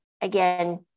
Again